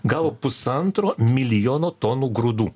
gavo pusantro milijono tonų grūdų